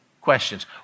questions